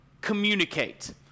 communicate